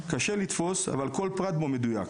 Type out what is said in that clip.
קשה לתפוס, אבל כל פרט פה מדויק.